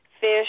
fish